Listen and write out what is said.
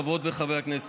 חברות וחברי הכנסת,